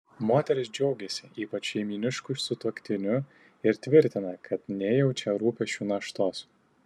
moteris džiaugiasi ypač šeimynišku sutuoktiniu ir tvirtina kad nejaučia rūpesčių naštos